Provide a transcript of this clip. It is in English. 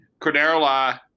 Cordero